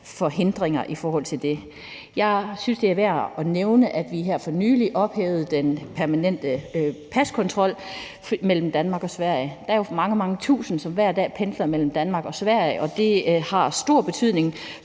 for hindringer. Jeg synes, det er værd at nævne, at vi her for nylig ophævede den permanente paskontrol mellem Danmark og Sverige. Det er jo mange, mange tusinder, som hver dag pendler mellem Danmark og Sverige, og det har stor betydning